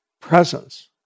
presence